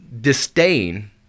disdain